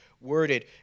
worded